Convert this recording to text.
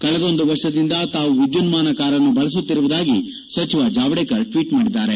ಕಳೆದೊಂದು ವರ್ಷದಿಂದ ತಾವು ವಿದ್ದುನ್ದಾನ ಕಾರನ್ನು ಬಳಸುತ್ತಿರುವುದಾಗಿ ಸಚಿವ ಜಾವಡೇಕರ್ ಟ್ವೀಟ್ ಮಾಡಿದ್ದಾರೆ